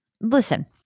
Listen